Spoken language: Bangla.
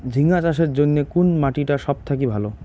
ঝিঙ্গা চাষের জইন্যে কুন মাটি টা সব থাকি ভালো?